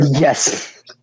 Yes